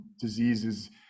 diseases